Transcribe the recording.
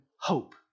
hope